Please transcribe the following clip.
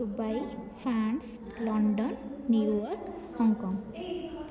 Dubai France London New York Hong Kong